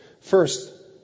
First